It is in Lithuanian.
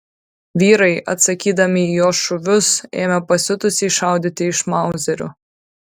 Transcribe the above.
vyrai atsakydami į jo šūvius ėmė pasiutusiai šaudyti iš mauzerių